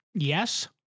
Yes